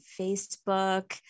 Facebook